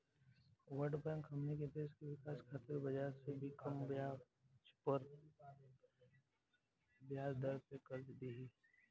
world bank हमनी के देश के विकाश खातिर बाजार से भी कम ब्याज दर पे कर्ज दिही